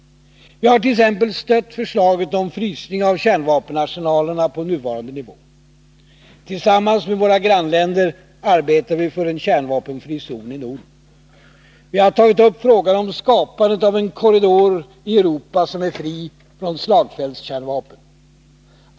Vi har t.ex. stött förslaget om frysning av kärnvapenarsenalerna på nuvarande nivå. Tillsammans med våra grannländer arbetar vi för en kärnvapenfri zon i Norden. Vi har tagit upp frågan om skapandet av en korridor i Europa, som är fri från slagfältskärnvapen.